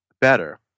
better